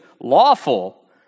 lawful